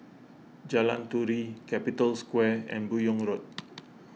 Jalan Turi Capital Square and Buyong Road